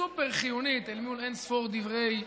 סופר-חיונית אל מול אין-ספור דברי,